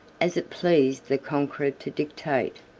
as it pleased the conqueror to dictate.